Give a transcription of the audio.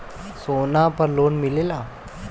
सोना पर लोन मिलेला?